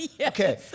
Okay